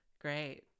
Great